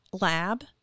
lab